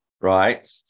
Right